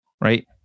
right